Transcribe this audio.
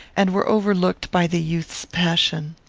and were overlooked by the youth's passion.